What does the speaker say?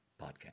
podcast